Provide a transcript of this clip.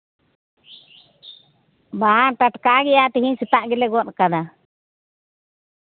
ᱵᱟᱝ ᱴᱟᱴᱠᱟ ᱜᱮᱭᱟ ᱛᱮᱦᱤᱧ ᱥᱮᱛᱟᱜ ᱜᱮᱞᱮ ᱜᱚᱫ ᱟᱠᱟᱫᱟ